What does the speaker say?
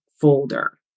folder